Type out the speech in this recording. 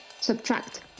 Subtract